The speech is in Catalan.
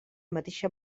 mateixa